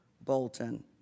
Bolton